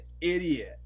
idiot